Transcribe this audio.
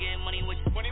money